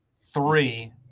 Three